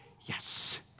Yes